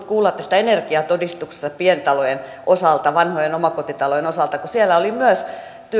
kuulla tästä energiatodistuksesta pientalojen osalta vanhojen omakotitalojen osalta kun siellä oli myös